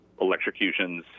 electrocutions